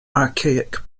archaic